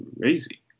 crazy